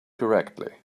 correctly